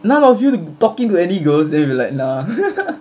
none of you talking to any girls then we're like nah